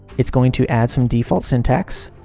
it's going to add some default syntax,